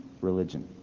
religion